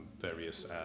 various